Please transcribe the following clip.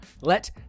Let